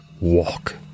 walk